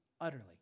utterly